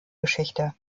geschichte